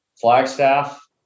Flagstaff